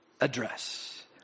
address